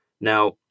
Now